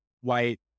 white